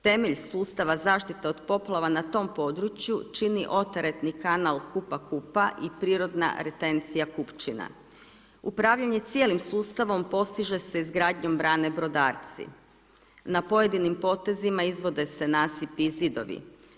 Temelj sustava zaštite od poplava na tom području, čini oteretni kanal Kupa-Kupa i prirodna retencija … Upravljanje cijelim sustavom, postiže se izgradnjom brane brodarci, na pojedinim potezima izvode se nasipi i zidovi.